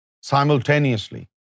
simultaneously